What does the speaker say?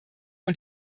und